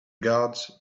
guards